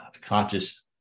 conscious